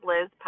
Liz